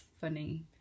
funny